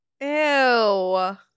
ew